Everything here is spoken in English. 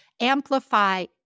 amplify